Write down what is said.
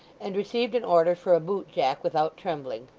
and received an order for a boot-jack without trembling.